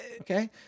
Okay